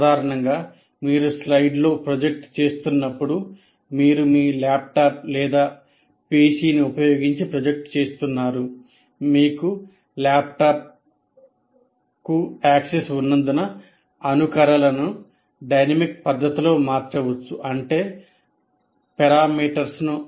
సాధారణంగా మీరు స్లైడ్లో ప్రొజెక్ట్ చేస్తున్నప్పుడు మీరు మీ ల్యాప్టాప్ లేదా పిసిని